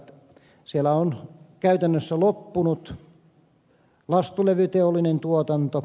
siellä on käytännössä loppunut lastulevyteollinen tuotanto